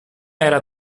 era